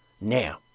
Now